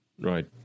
Right